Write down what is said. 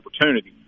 opportunity